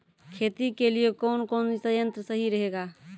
खेती के लिए कौन कौन संयंत्र सही रहेगा?